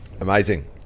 amazing